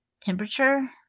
temperature